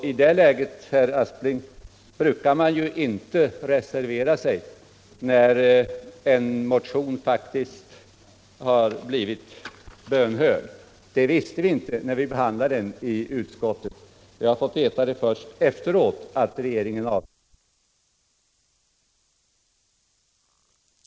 I det läget, herr Aspling, brukar man ju inte reservera sig — när en motion faktiskt har blivit bönhörd. Det visste vi inte när vi behandlade den i utskottet. Först efteråt har vi fått veta att regeringen avsåg att göra denna översyn. Då är det klart att man inte behöver avge reservation — då är ju motionens syfte redan tillgodosett. Jag har inget särskilt yrkande, herr talman.